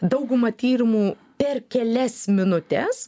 dauguma tyrimų per kelias minutes